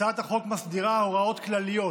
הצעת החוק מסדירה הוראות כלליות